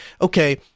okay